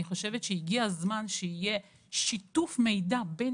אני חושבת שהגיע הזמן שיהיה שיתוף מידע בין